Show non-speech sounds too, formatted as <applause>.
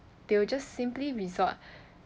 they will just simply resort <breath>